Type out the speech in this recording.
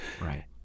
Right